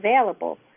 available